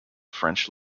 french